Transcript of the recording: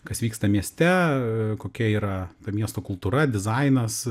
kas vyksta mieste kokia yra ta miesto kultūra dizainas